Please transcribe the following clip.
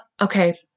Okay